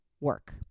work